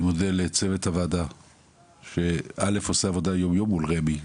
אני מודה לצוות הוועדה שעושה עבודה יום-יום מול רמ"י.